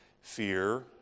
fear